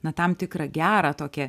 na tam tikrą gerą tokią